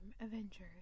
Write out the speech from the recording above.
Avengers